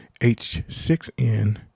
h6n